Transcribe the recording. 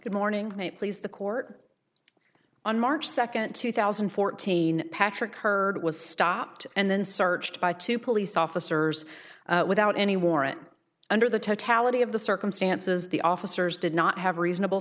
good morning may please the court on march second two thousand and fourteen patrick heard was stopped and then searched by two police officers without any warrant under the totality of the circumstances the officers did not have reasonable